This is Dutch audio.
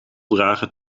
dragen